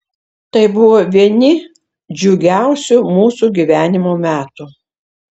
tai buvo vieni džiugiausių mūsų gyvenimo metų